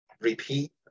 Repeat